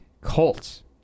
Colts